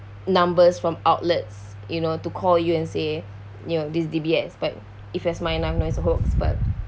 numbers from outlets you know to call you and say you know this is D_B_S but if as my number is a hoax but